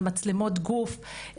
על מצלמות גוף,